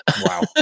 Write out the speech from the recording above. wow